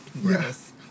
Yes